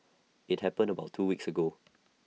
IT happened about two weeks ago